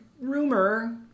rumor